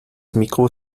mikro